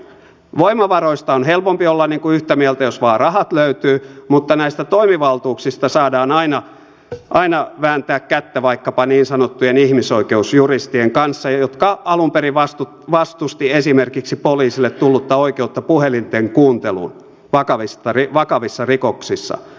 voimavaroista on helpompi olla yhtä mieltä jos vain rahat löytyvät mutta näistä toimivaltuuksista saadaan aina vääntää kättä vaikkapa niin sanottujen ihmisoikeusjuristien kanssa jotka alun perin vastustivat esimerkiksi poliisille tullutta oikeutta puhelinten kuunteluun vakavissa rikoksissa